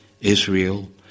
Israel